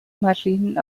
maschinen